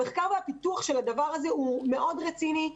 המחקר והפיתוח של הדבר הזה הוא רציני מאוד,